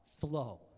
flow